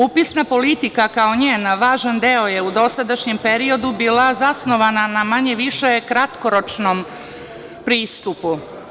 Upisna politika kao njen važan deo je u dosadašnjem periodu bila zasnovana na manje-više kratkoročnom pristupu.